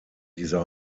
dieser